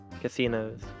casinos